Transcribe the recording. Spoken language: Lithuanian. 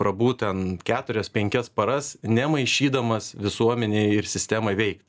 prabūt ten keturias penkias paras nemaišydamas visuomenei ir sistemai veikt